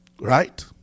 Right